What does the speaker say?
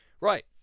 Right